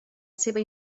seva